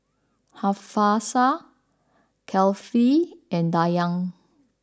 Hafsa Kefli and Dayang